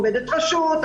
עובדת הרשות,